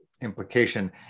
implication